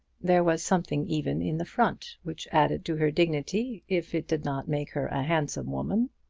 there was something even in the front which added to her dignity, if it did not make her a handsome woman.